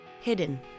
hidden